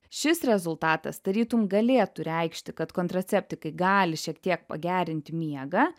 šis rezultatas tarytum galėtų reikšti kad kontraceptikai gali šiek tiek pagerinti miegą